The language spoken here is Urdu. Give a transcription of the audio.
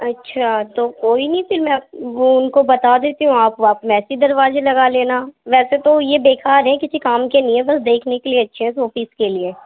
اچھا تو کوئی نہیں پھر میں وہ اُن کو بتا دیتی ہوں آپ ویسے دروازے لگا لینا ویسے تو یہ بیکار ہیں کسی کام کے نہیں ہیں بس دیکھنے کے لیے اچھے ہیں سو پیس کے لیے